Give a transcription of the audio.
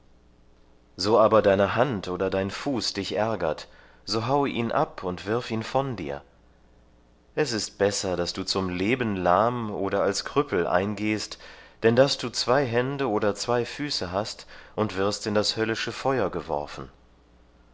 so aber deine hand oder dein fuß dich ärgert so haue ihn ab und wirf ihn von dir es ist besser daß du zum leben lahm oder als krüppel eingehst denn daß du zwei hände oder zwei füße hast und wirst in das höllische feuer geworfen